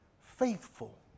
faithful